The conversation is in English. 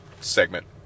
segment